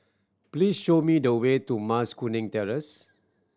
please show me the way to Mas Kuning Terrace